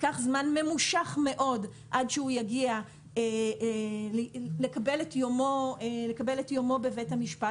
ייקח זמן ממושך מאוד עד שהוא יגיע לקבל את יומו בבית המשפט.